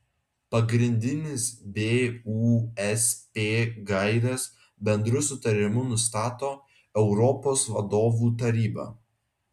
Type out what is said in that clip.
pagrindines busp gaires bendru sutarimu nustato europos vadovų taryba